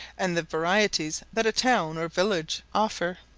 and the varieties that a town or village offer.